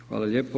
Hvala lijepo.